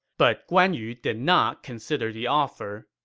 but guan yu did not consider the offer.